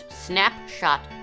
Snapshot